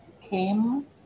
came